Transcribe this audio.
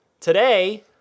today